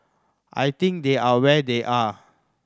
I think they are where they are